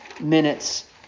minutes